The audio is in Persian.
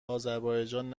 آذربایجان